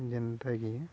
ଯେନ୍ତା କିି